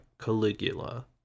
Caligula